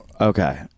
Okay